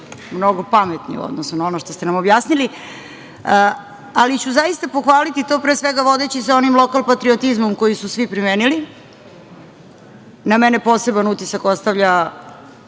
mnogo pametni u odnosu na ono što ste nam objasnili, ali ću zaista pohvaliti to, pre svega vodeći se onim lokalpatriotizmom koji su svi primenili. Na mene poseban utisak ostavlja